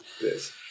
Yes